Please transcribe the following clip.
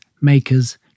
makers